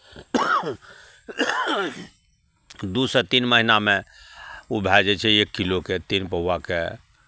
दूसँ तीन महीनामे ओ भए जाइ छै एक किलोके तीन पौआके